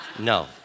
no